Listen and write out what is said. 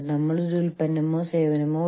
ലോകത്ത് എന്താണ് നടക്കുന്നതെന്ന് അവർക്കറിയാം